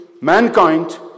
mankind